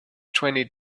twenty